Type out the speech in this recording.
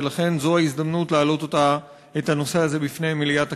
ולכן זו ההזדמנות להעלות את הנושא הזה בפני מליאת הכנסת.